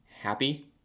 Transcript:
happy